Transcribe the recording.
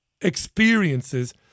experiences